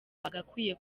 bagakwiye